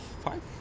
five